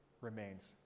remains